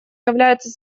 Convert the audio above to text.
является